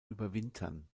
überwintern